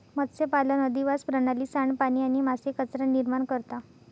मत्स्यपालन अधिवास प्रणाली, सांडपाणी आणि मासे कचरा निर्माण करता